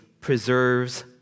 preserves